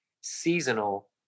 seasonal